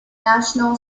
national